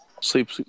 sleep